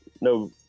no